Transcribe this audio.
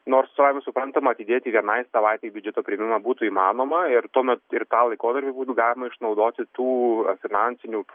nors suprantama atidėti vienai savaitei biudžeto priėmimą būtų įmanoma ir tuomet ir tą laikotarpį būtų galima išnaudoti tų finansinių